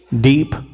Deep